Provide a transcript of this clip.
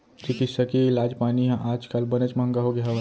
चिकित्सकीय इलाज पानी ह आज काल बनेच महँगा होगे हवय